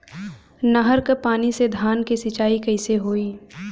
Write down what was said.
नहर क पानी से धान क सिंचाई कईसे होई?